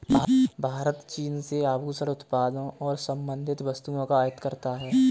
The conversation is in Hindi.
भारत चीन से आभूषण उत्पादों और संबंधित वस्तुओं का आयात करता है